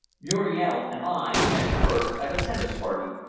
muriel and i met first at a tennis-party,